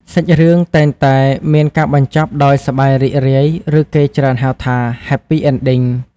សាច់រឿង តែងតែមានការបញ្ចប់ដោយសប្បាយរីករាយ ឬគេច្រើនហៅថា Happy Ending។